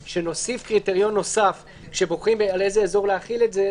שנוסיף קריטריון כשבוחרים על איזה אזור להחיל את זה,